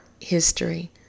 history